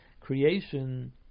creation